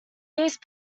these